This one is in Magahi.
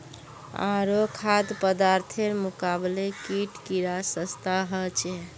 आरो खाद्य पदार्थेर मुकाबले कीट कीडा सस्ता ह छे